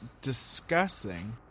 discussing